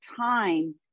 time